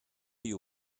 you